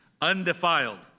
undefiled